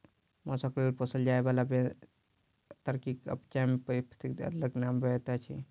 मौसक लेल पोसल जाय बाला भेंड़ मे टर्कीक अचिपयाम आ इथोपियाक अदलक नाम अबैत अछि